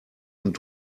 und